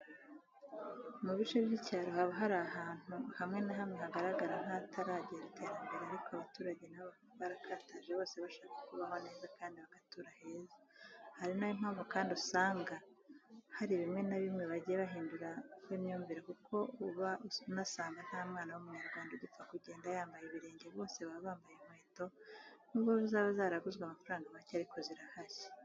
Mu bice by'icyaro haba hari ahandu hamwe na hamwe hagaragara nkahataragera iterambere ariko abaturage nabo barakataje bose bashaka kubaho neza kandi bagatura heza ari nayo mpamvu kandi usanga harii bimwe na bimwe bagiye bahindura ho imyumvire kuko uba unasanga nta mwana w'umunyarwanda ugipfa kugenda yambaye ibirenge bose baba bambaye inkweto nubwo zaba zaraguzwe amafaranga make ariko zihari.